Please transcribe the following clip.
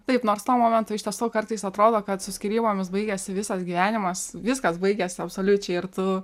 taip nors tuo momentu ištiesų kartais atrodo kad su skyrybomis baigiasi visas gyvenimas viskas baigiasi absoliučiai ir tu